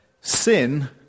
sin